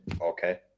okay